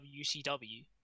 WCW